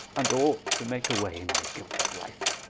and all to make away my guiltlesse life.